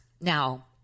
now